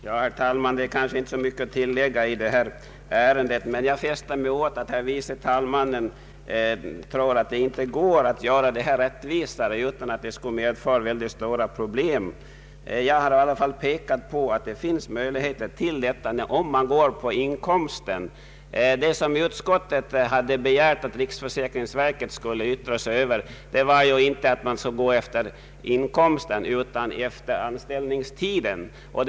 Herr talman! Det kanske inte är så mycket att tillägga i detta ärende, men jag fäste mig vid att herr förste vice talmannen menade att det inte är möjligt att göra systemet rättvisare utan att det skulle medföra mycket stora problem. Jag har pekat på att det finns möjligheter att få till stånd en rättvisare ordning, nämligen om man går på inkomsten. Vad utskottet hade begärt att riksförsäkringsverket skulle yttra sig över var ju inte att man skulle gå efter inkomsten utan efter anställningstidens längd.